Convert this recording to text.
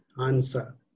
answer